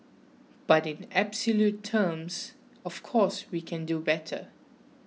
but in absolute terms of course we can do better